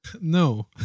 No